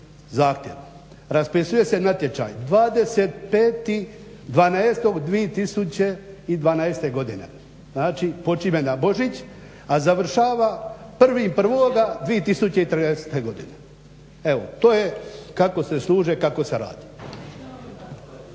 zahtjev. Raspisuje se natječaj, 25.12.2012. godine. Znači, počinje na Božić, a završava 1.01.2013. godine. Evo, to je kako se služe i kako se radi.